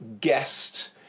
guest